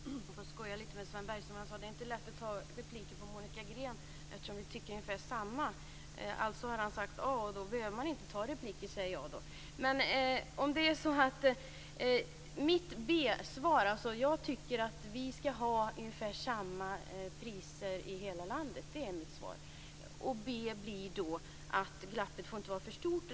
Fru talman! Jag får skoja lite med Sven Bergström. Han sade att det inte är lätt att ta repliker på Monica Green eftersom vi tycker ungefär samma. Alltså har han sagt a, och då behöver han inte begära repliker. Jag tycker att vi skall ha ungefär samma priser i hela landet. Det är mitt svar. B-svaret blir då att glappet inte får vara för stort.